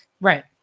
Right